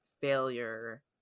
failure